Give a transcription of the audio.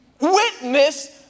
witness